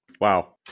Wow